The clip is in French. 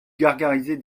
gargarisez